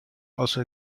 also